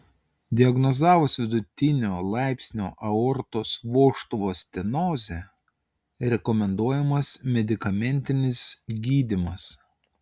diagnozavus vidutinio laipsnio aortos vožtuvo stenozę rekomenduojamas medikamentinis gydymas